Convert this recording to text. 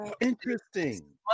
Interesting